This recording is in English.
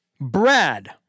Brad